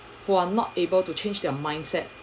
who are not able to change their mindset